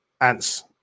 Ants